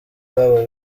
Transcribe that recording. babo